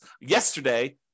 yesterday